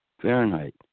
Fahrenheit